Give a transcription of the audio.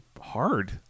hard